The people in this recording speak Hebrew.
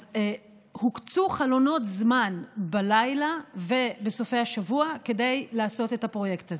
אז הוקצו חלונות זמן בלילה ובסופי השבוע כדי לעשות את הפרויקט הזה.